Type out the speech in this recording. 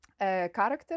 character